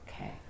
okay